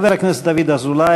חבר הכנסת דוד אזולאי,